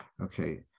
Okay